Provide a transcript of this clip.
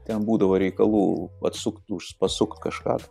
ten būdavo reikalų atsukt už pasukt kažką